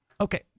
Okay